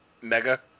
mega